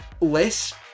less